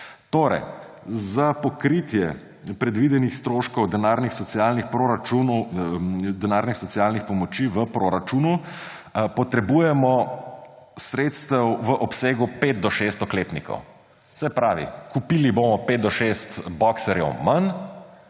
Za pokritje predvidenih stroškov denarnih socialnih pomoči v proračunu potrebujemo sredstev v obsegu pet do šest oklepnikov. Se pravi, kupili bomo pet do šest boxerjev manj